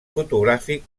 fotogràfic